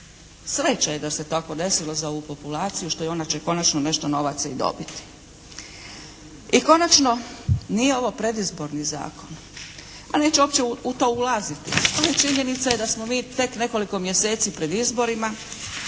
Sreća je da se tako desilo za ovu populaciju što je, ona će konačno nešto novaca i dobiti. I konačno nije ovo predizborni zakon. Ma neću uopće u to ulaziti. Samo činjenica je da smo mi tek nekoliko mjeseci pred izborima.